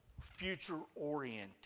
future-oriented